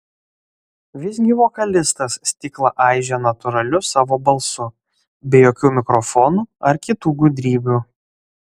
visgi vokalistas stiklą aižė natūraliu savo balsu be jokių mikrofonų ar kitų gudrybių